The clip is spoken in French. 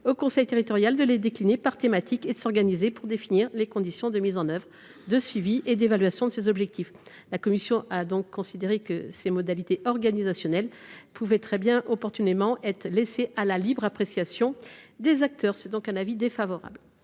au conseil territorial de les décliner par thématiques et de s’organiser pour définir les conditions de mise en œuvre, de suivi et d’évaluation de ces objectifs. La commission a donc considéré que ces modalités d’organisation pouvaient opportunément être laissées à la libre appréciation des acteurs. En conséquence,